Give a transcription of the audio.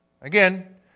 again